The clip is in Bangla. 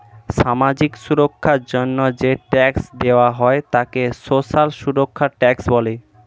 সামাজিক সুরক্ষার জন্য যে ট্যাক্স দেওয়া হয় তাকে সোশ্যাল সুরক্ষা ট্যাক্স বলে